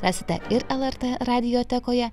rasite ir lrt radiotekoje